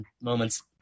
moments